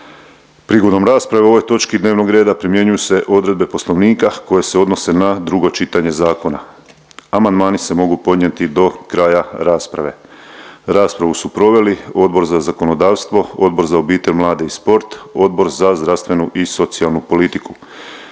Prigodom rasprave o ovoj točki dnevnog reda primjenjuju se odredbe Poslovnika koje se odnose na drugo čitanje zakona. Amandmani se mogu podnijeti do kraja rasprave. Raspravu su proveli Odbor za zakonodavstvo, Odbor za obitelj, mlade i sport, Odbor za zdravstvenu i socijalnu politiku.